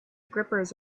grippers